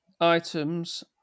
items